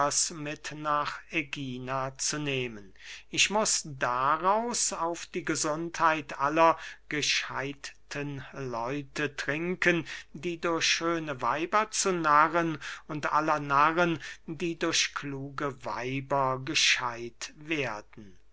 nach ägina zu nehmen ich muß daraus auf die gesundheit aller gescheidten leute trinken die durch schöne weiber zu narren und aller narren die durch kluge weiber gescheidt werden